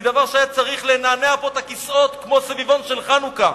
זה דבר שהיה צריך לנענע פה את הכיסאות כמו סביבון של חנוכה,